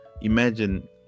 imagine